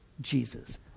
Jesus